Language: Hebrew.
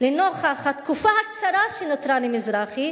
לנוכח התקופה הקצרה שנותרה למזרחי